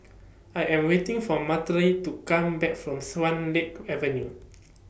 I Am waiting For to Come Back from Swan Lake Avenue